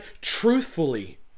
truthfully